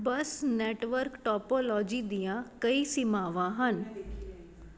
ਬੱਸ network topology ਦੀਆਂ ਕਈ ਸੀਮਾਵਾਂ ਹਨ